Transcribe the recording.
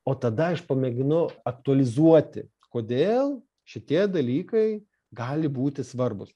o tada aš pamėginu aktualizuoti kodėl šitie dalykai gali būti svarbūs